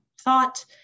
thought